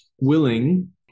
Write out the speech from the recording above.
willing